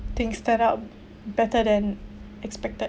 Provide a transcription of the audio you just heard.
things turned out better than expected